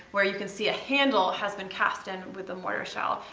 where you can see a handle has been cast in with the mortar shell,